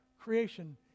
creation